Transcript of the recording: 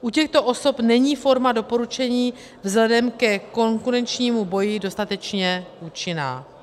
U těchto osob není forma doporučení vzhledem ke konkurenčnímu boji dostatečně účinná.